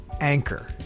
Anchor